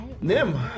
Nim